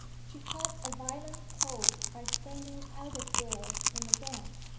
she caught a violent cold by standing out of doors in the damp,